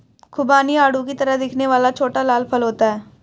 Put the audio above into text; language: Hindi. खुबानी आड़ू की तरह दिखने वाला छोटा लाल फल होता है